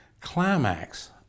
climax